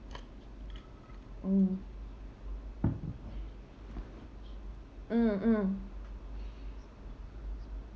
mm mm mm